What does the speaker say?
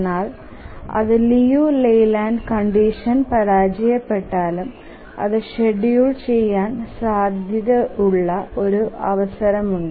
എന്നാൽ അത് Liu Layland condition പരാജയപ്പെട്ടാലും അത് ഷെഡ്യൂൾ ചെയ്യാൻ സാധ്യതയുള്ള ഒരു അവസരമുണ്ട്